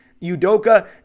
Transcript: Udoka